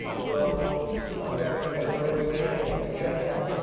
we'll help them in any way we can, but they can't have